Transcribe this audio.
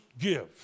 give